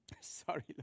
Sorry